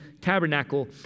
tabernacle